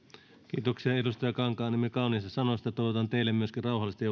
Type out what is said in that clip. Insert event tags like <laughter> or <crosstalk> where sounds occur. kiitoksia edustaja kankaanniemi kauniista sanoista toivotan myöskin teille rauhallista <unintelligible>